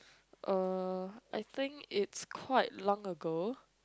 uh I think it's quite long ago